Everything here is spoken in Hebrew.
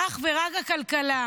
אך ורק הכלכלה.